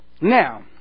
Now